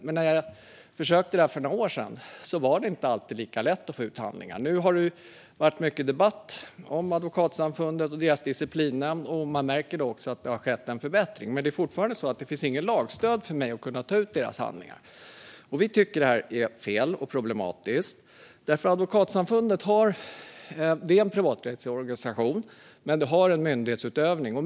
Men när jag försökte för några år sedan var det inte alltid lika lätt att få ut handlingar. Nu har det varit mycket debatt om Advokatsamfundet och deras disciplinnämnd. Man märker också att det har skett en förbättring, men det finns fortfarande inget lagstöd för mig att få ut deras handlingar. Vi tycker att detta är fel och problematiskt. Advokatsamfundet är en privaträttslig organisation, men där sker myndighetsutövning.